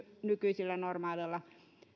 nykyisillä normaaleilla